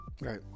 Right